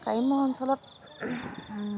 গ্ৰাম্য অঞ্চলত